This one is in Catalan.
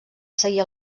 seguir